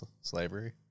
Slavery